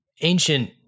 ancient